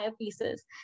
pieces